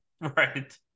right